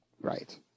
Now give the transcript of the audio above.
Right